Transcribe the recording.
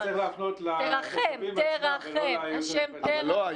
אתה צריך להפנות את זה לתושבים עצמם ולא לייעוץ המשפטי.